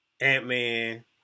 Ant-Man